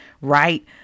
right